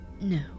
No